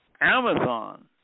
Amazon